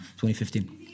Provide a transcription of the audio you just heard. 2015